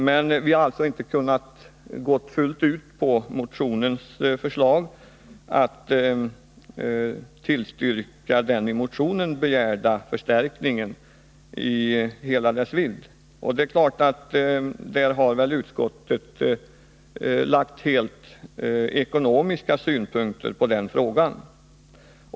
Men vi har alltså inte kunnat tillstyrka den i motionen begärda förstärkningen i hela dess vidd. På den frågan har utskottet anlagt rent ekonomiska synpunkter.